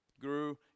grew